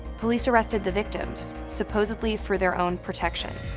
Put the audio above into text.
police arrested the victims, supposedly for their own protection.